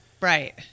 Right